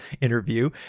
interview